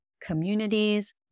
communities